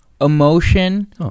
emotion